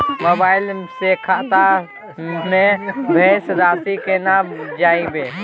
Mobile से खाता में शेस राशि केना जानबे?